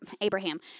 Abraham